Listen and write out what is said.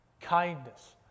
kindness